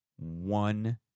one